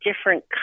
different